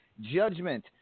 Judgment